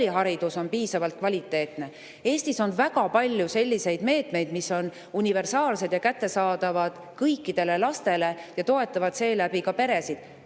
Eestis on väga palju selliseid meetmeid, mis on universaalsed ja kättesaadavad kõikidele lastele ja toetavad seeläbi ka peresid.